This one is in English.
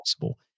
possible